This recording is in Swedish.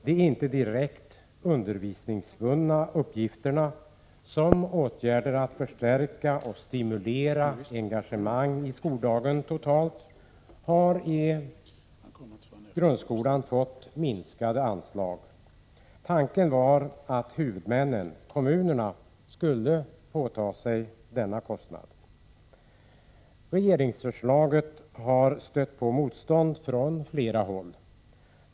De inte direkt undervisningsbundna uppgifterna, som åtgärder att förstärka och stimulera engagemang i skoldagen totalt, har i grundskolan fått minskade anslag. Tanken var att huvudmännen - kommunerna — skulle påta sig denna kostnad. Regeringsförslaget har stött på motstånd från flera håll.